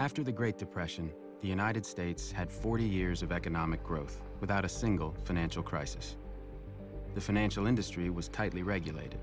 after the great depression the united states had forty years of economic growth without a single financial crisis the financial industry was tightly regulated